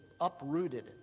uprooted